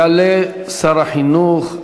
יעלה שר החינוך,